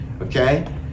Okay